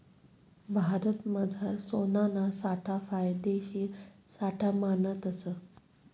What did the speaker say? भारतमझार सोनाना साठा फायदेशीर साठा मानतस